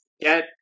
get